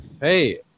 Hey